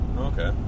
okay